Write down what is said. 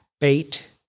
bait